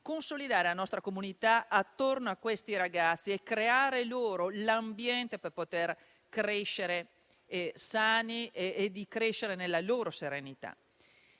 consolidare la nostra comunità attorno a questi ragazzi e creare per loro l'ambiente per poter crescere sani e in serenità.